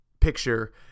Picture